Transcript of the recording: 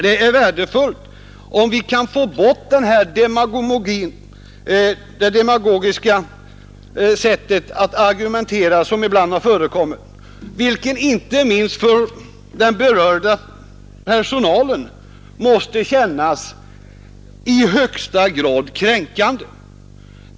Det är värdefullt om vi kan få bort det demagogiska sätt att argumentera som ibland förekommer. Inte minst för den berörda personalen måste det kännas i högsta grad kränkande.